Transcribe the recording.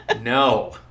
no